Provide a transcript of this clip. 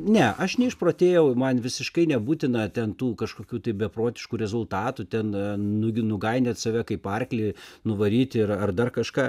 ne aš neišprotėjau man visiškai nebūtina ten tų kažkokių beprotiškų rezultatų ten nugi nugainiot save kaip arklį nuvaryti ir ar dar kažką